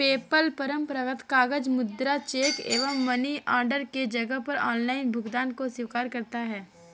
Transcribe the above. PayPal परंपरागत कागजी मुद्रा, चेक एवं मनी ऑर्डर के जगह पर ऑनलाइन भुगतान को स्वीकार करता है